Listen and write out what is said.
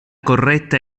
corretta